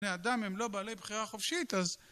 בני אדם הם לא בעלי בחירה חופשית אז